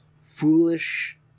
foolish